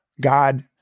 God